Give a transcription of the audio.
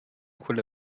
quelle